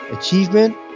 achievement